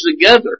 together